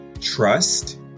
trust